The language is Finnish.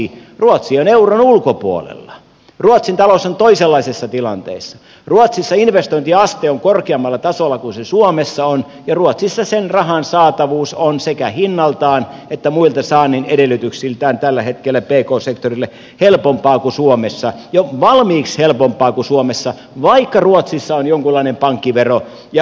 ruotsi on euron ulkopuolella ruotsin talous on toisenlaisessa tilanteessa ruotsissa investointiaste on korkeammalla tasolla kuin se suomessa on ja ruotsissa sen rahan saatavuus on sekä hinnaltaan että muilta saannin edellytyksiltään tällä hetkellä pk sektorille helpompaa kuin suomessa jo valmiiksi helpompaa kuin suomessa vaikka ruotsissa on jonkunlainen pankkivero ja suomessa ei ole